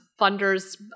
funders